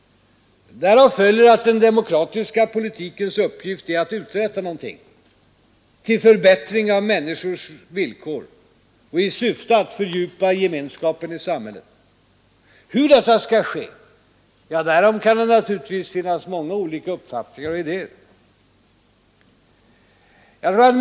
Därav följer att den demokratiska politikens uppgift är att uträtta någonting till förbättring av människors villkor och i syfte att fördjupa gemenskapen i samhället. Hur detta skall ske kan det finnas många olika uppfattningar och idéer om.